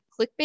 clickbait